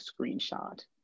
screenshot